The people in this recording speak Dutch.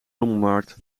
rommelmarkt